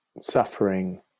suffering